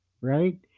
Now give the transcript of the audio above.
right